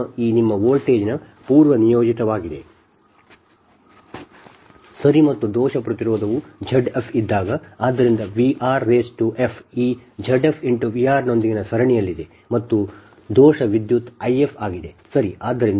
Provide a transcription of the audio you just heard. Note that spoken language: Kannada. ಆದ್ದರಿಂದ ಈ ನಿಮ್ಮ ವೋಲ್ಟೇಜ್ನ ಪೂರ್ವನಿಯೋಜಿತವಾಗಿದೆ ಸರಿ ಮತ್ತು ದೋಷ ಪ್ರತಿರೋಧವು Z f ಇದ್ದಾಗ ಆದ್ದರಿಂದ V r f ಈ Z f V r ನೊಂದಿಗೆ ಸರಣಿಯಲ್ಲಿದೆ ಮತ್ತು ದೋಷ ವಿದ್ಯುತ್ I f ಆಗಿದೆ ಸರಿ